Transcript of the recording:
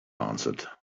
answered